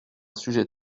sujet